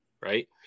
Right